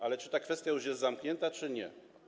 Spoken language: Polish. Ale czy ta kwestia jest już zamknięta, czy nie?